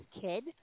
kid